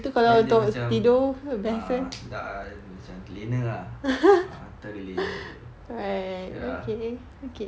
then dia macam ah ah macam lena ah terlena ya